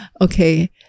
okay